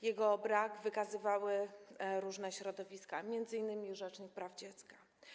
Jego brak wykazywały różne środowiska, m.in. rzecznik praw dziecka.